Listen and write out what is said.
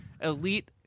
elite